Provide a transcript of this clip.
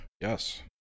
yes